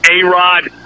A-Rod